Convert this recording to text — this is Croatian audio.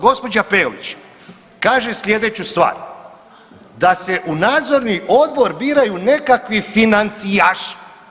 Gđa. Peović kaže sljedeću stvar, da se u nadzorni odbor biraju nekakvi financijaši.